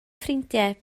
ffrindiau